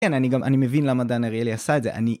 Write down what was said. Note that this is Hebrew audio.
כן, אני גם... אני מבין למה דן אריאלי עשה את זה, אני...